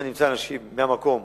אם אני אמצא אנשים מבני המקום